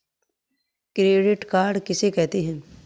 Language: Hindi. क्रेडिट कार्ड किसे कहते हैं?